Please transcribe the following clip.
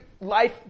life